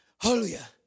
hallelujah